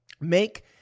make